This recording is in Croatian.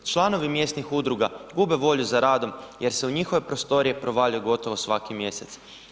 Članovi mjesnih udruga gube volju za radom jer se u njihove prostorije provaljuje gotovo svaki mjesec.